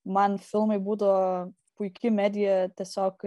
man filmai būdavo puiki medija tiesiog